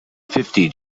fifty